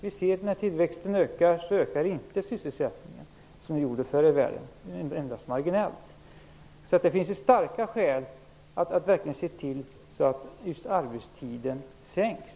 Vi ser att när tillväxten ökar så ökar inte sysselsättningen som den gjorde förr i världen utan endast marginellt. Det finns alltså starka skäl att se till att arbetstiden sänks.